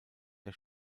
der